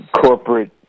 corporate